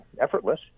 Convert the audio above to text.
effortless